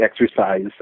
exercise